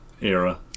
era